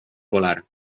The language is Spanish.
volar